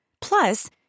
Plus